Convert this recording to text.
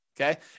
Okay